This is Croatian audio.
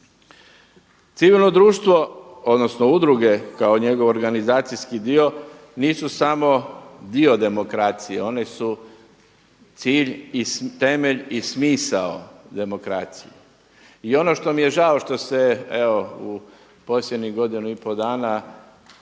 Civilno društvo odnosno udruge kao njegov organizacijski dio nisu samo dio demokracije. One su cilj, i temelj, i smisao demokracije. I ono što mi je žao što se evo u posljednjih godinu i pol dana